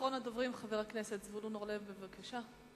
אחרון הדוברים, חבר הכנסת זבולון אורלב, בבקשה.